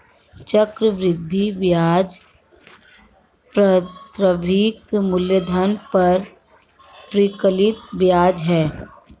चक्रवृद्धि ब्याज प्रारंभिक मूलधन पर परिकलित ब्याज है